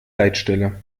leitstelle